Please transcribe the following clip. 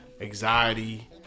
Anxiety